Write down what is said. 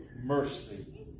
mercy